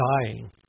dying